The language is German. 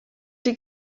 die